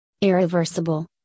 irreversible